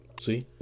See